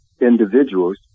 individuals